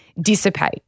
dissipate